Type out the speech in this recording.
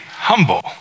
humble